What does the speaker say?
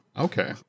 okay